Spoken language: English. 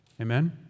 Amen